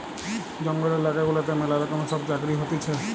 জঙ্গল এলাকা গুলাতে ম্যালা রকমের সব চাকরি হতিছে